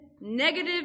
negative